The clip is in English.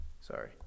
Sorry